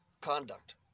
conduct